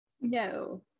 No